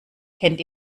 kennt